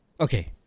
Okay